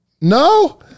No